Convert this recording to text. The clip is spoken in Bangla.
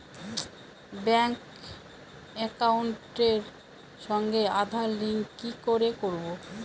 ব্যাংক একাউন্টের সঙ্গে আধার লিংক কি করে করবো?